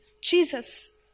Jesus